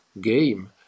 game